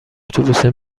اتوبوسه